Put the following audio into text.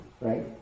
right